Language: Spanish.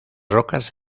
rocas